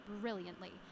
brilliantly